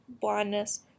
blindness